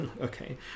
okay